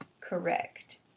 Correct